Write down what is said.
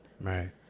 Right